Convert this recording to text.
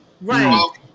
Right